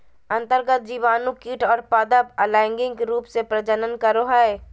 अन्तर्गत जीवाणु कीट और पादप अलैंगिक रूप से प्रजनन करो हइ